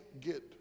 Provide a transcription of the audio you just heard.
get